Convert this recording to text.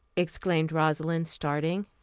exclaimed rosalind, starting.